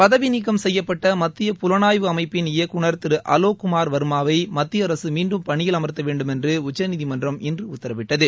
பதவி நீக்கம் செய்யப்பட்ட மத்திய புலனாய்வு அமைப்பின் இயக்குநர் திரு அலோக் குமார் வா்மாவை மத்திய அரசு மீண்டும் பணியில் அமா்த்த வேண்டுமென்று உச்சநீதிமன்றம் இன்று உத்தரவிட்டது